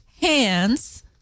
hands